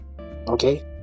Okay